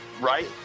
right